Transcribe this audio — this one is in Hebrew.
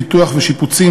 פיתוח ושיפוצים,